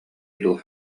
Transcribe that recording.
дуо